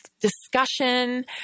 discussion